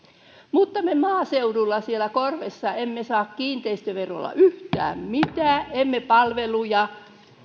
mutta me maaseudulla siellä korvessa emme saa kiinteistöverolla yhtään mitään emme palveluja